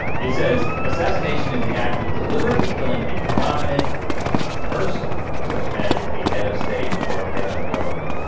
it says assassination is the act of deliberately killing a prominent person such as a head of state or head of government